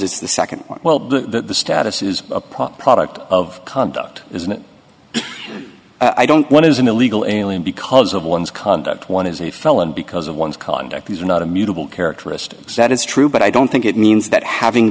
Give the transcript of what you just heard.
it's the second one well the status is a part product of conduct isn't it i don't want is an illegal alien because of one's conduct one is a felon because of one's conduct these are not immutable characteristics that is true but i don't think it means that having